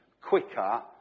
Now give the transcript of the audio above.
quicker